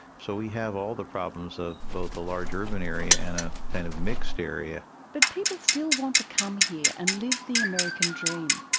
so we have all the problems of both a large urban area and a kind of mixed area. but people still want to come here and live the american dream.